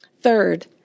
Third